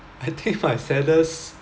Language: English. I think my saddest